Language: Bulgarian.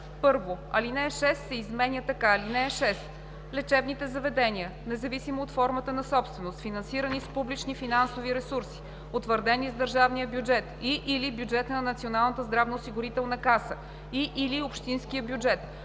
„1. Ал. 6 се изменя така: „(6) Лечебните заведения, независимо от формата на собственост, финансирани с публични финансови ресурси, утвърдени с държавния бюджет и/или бюджета на Националната здравноосигурителна каса, и/или общинския бюджет,